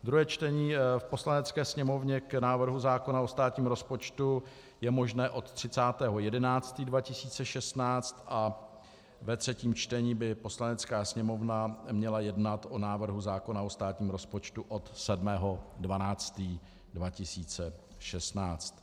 Druhé čtení v Poslanecké sněmovně k návrhu zákona o státním rozpočtu je možné od 30. 11. 2016 a ve třetím čtení by Poslanecká sněmovna měla jednat o návrhu zákona o státním rozpočtu od 7. 12. 2016.